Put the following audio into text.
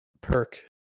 perk